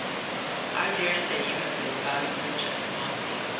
i dare say you have been vowing vengeance upon me,